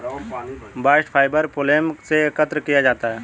bast fibre phloem से एकत्र किया जाता है